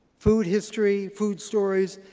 food history, food stories,